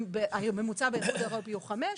הרי ממוצע באיחוד האירופי הוא חמש,